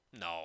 No